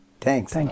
Thanks